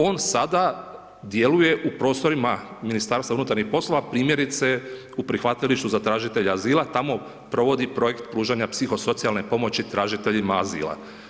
On sada djeluje u prostorima MUP-a, primjerice u prihvatilištu za tražitelje azila, tamo provodi projekt pružanja psihosocijalne pomoći tražiteljima azila.